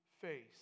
face